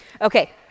Okay